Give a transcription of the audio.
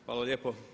Hvala lijepo.